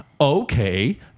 okay